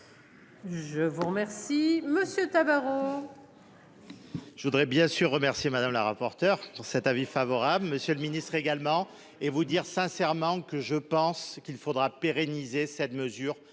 je vous remercie monsieur Tabarot. Je voudrais bien sûr remercier Madame la rapporteure sur cet avis favorable, Monsieur le Ministre également et vous dire sincèrement que je pense qu'il faudra pérenniser cette mesure